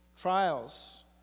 trials